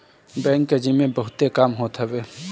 bank के जिम्मे बहुते काम होत हवे